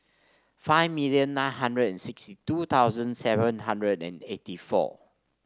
five million nine hundred and sixty two thousand seven hundred and eighty four